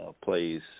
plays